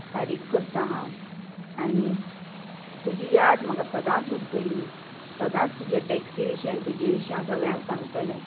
फारीक करतां हांव आनी तुजी याद म्हाका सदांच उरतली सदांच तुजे टॅक्सी विशीं आनी तुजे विशीं हांव सगळ्यांक सांगतलें